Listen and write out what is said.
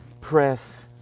press